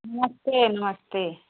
नमस्ते नमस्ते